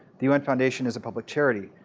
the un foundation is a public charity.